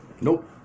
Nope